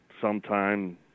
sometime